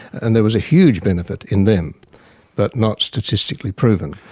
and there was a huge benefit in them but not statistically proven.